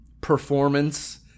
performance